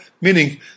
meaning